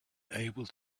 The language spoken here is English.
able